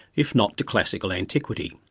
if not to classical antiquity.